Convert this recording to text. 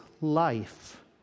life